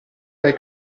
dai